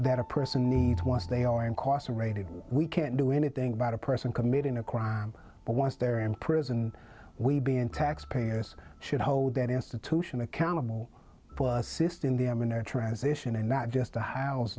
that a person needs once they are incarcerated we can't do anything about a person committing a crime but once they're in prison we being taxpayers should hold that institution accountable system the i'm in a transition and not just to house